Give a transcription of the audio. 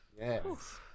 Yes